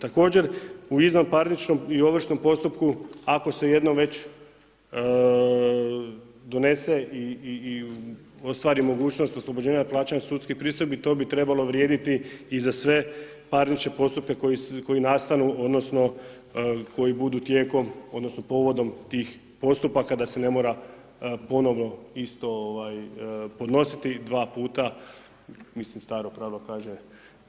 Također, u izvanparničnom i ovršnom postupku ako se jednom već donese i ostvari mogućnost oslobođenja plaćanja sudskih pristojbi, to bi trebalo vrijediti i za sve parnične postupke koji nastanu odnosno koji budu tijekom, odnosno povodom tih postupaka da se ne mora ponovno isto podnositi dva puta, mislim staro pravilo kaže